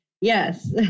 Yes